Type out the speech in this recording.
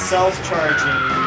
Self-charging